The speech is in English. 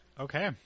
Okay